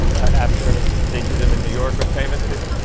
after they did them in new york with famous people.